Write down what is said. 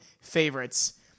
favorites